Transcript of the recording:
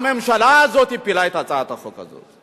הממשלה הזאת הפילה את הצעת החוק הזאת.